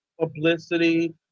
publicity